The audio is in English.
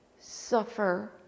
suffer